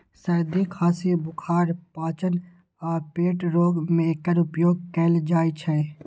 सर्दी, खांसी, बुखार, पाचन आ पेट रोग मे एकर उपयोग कैल जाइ छै